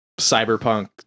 Cyberpunk